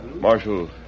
Marshal